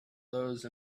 those